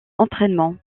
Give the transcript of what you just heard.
entraînements